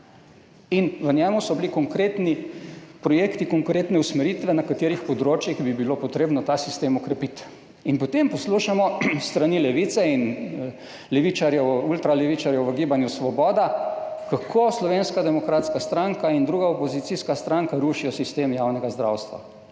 In v njem so bili konkretni projekti, konkretne usmeritve, na katerih področjih bi bilo treba okrepiti ta sistem. In potem poslušamo s strani Levice in levičarjev, ultra levičarjev v Gibanju Svoboda, kako Slovenska demokratska stranka in druga opozicijska stranka rušita sistem javnega zdravstva.